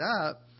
up